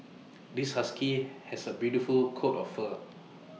this husky has A beautiful coat of fur